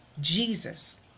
Jesus